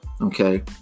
Okay